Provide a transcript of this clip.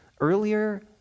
earlier